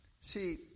See